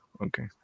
Okay